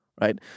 right